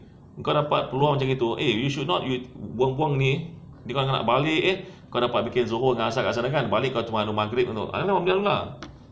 kau dapat peluang gitu eh you should not u~ buang ni bila kau nak balik eh kau dapat bikin zohor dengan asar dekat sana kan balik kau cuma anuh maghrib